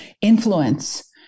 influence